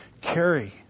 carry